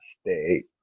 stay